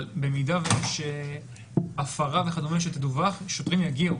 אם תהיה הפרה וכדומה שתדווח, שוטרים יגיעו.